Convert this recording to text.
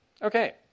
Okay